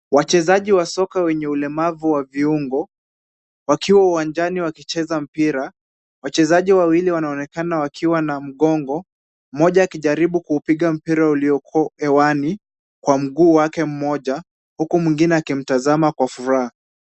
Wachezaji wa soka wenye ulemavu wa viungo, wakiwa uwanjani wakicheza mpira. Wachezaji wawili wanaonekana wakiwa na mgongo, mmoja akijaribu kuupiga mpira ulio hewani kwa mguu wake mmoja, huku mwingine akimtazama kwa furaha.